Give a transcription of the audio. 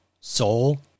Soul